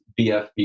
BFB